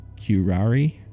curari